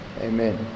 Amen